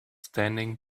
standing